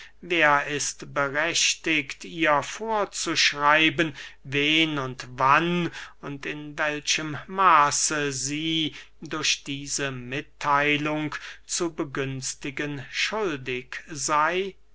wer ist berechtigt ihr vorzuschreiben wen und wann und in welchem maße sie durch diese mittheilung zu begünstigen schuldig sey